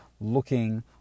looking